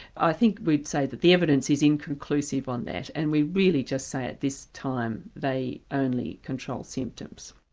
i think we'd say that the evidence is inconclusive on that and we really just say at this time they only control symptoms.